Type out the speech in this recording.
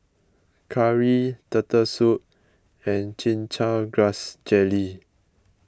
Curry Turtle Soup and Chin Chow Grass Jelly